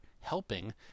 helping